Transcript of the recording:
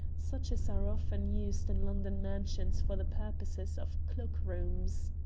such as are often used in london mansions for the purposes of cloak-rooms.